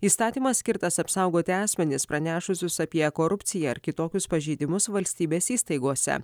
įstatymas skirtas apsaugoti asmenis pranešusius apie korupciją ar kitokius pažeidimus valstybės įstaigose